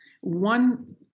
one